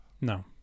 no